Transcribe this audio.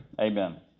amen